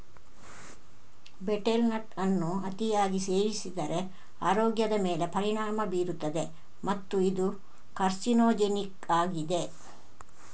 betel nut ಅನ್ನು ಅತಿಯಾಗಿ ಸೇವಿಸಿದರೆ ಆರೋಗ್ಯದ ಮೇಲೆ ಪರಿಣಾಮ ಬೀರುತ್ತದೆ ಮತ್ತು ಇದು ಕಾರ್ಸಿನೋಜೆನಿಕ್ ಆಗಿದೆ